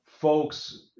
folks